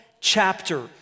chapter